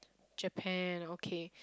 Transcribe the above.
Japan okay